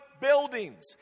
buildings